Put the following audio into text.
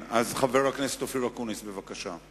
חבר הכנסת אופיר אקוניס, בבקשה.